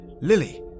Lily